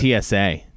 TSA